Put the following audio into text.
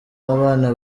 abana